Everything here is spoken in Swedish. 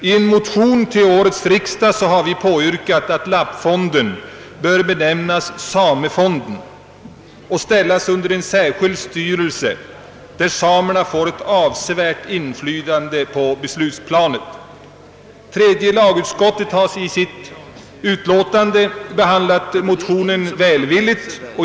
I en motion till årets riksdag har vi påyrkat, att lappfonden bör benämnas samefonden och ställas under en särskild styrelse, där samerna får ett avsevärt inflytande på beslutsplanet. Tredje lagutskottet har i sitt utlåtande behandlat motionen välvilligt.